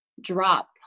drop